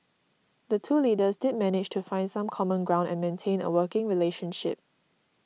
the two leaders did manage to find some common ground and maintain a working relationship